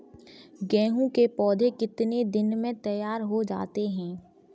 गेहूँ के पौधे कितने दिन में तैयार हो जाते हैं?